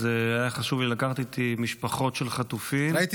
היה חשוב לי לקחת איתי משפחות של חטופים.